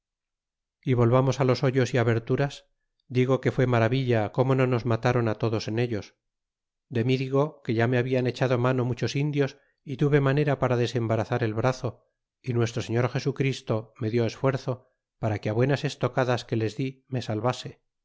e volvamos los hoyos y aberturas digo que fue maravilla como no nos matron todos en ellos de mi digo que ya me hablan echado mano muchos indios y tuve manera para desembarazar el brazo y nuestro señor jesu christo me dió esfuerzo para que buenas estocadas que les di me salvase